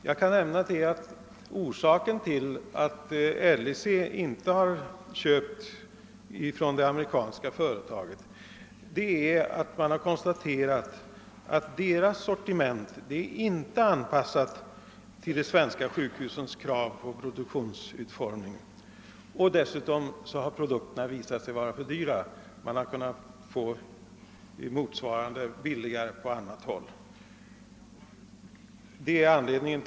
Jag kan nämna att orsaken till att LIC inte har köpt ifrån det amerikanska företaget är, att man har konstaterat att detta företags sortiment inte är anpassat till de svenska sjukhusens krav på produktionsutformning och att produkterna dessutom har visat sig för dyra. Man har kunnat få motsvarande billigare på annat håll. Herr talman!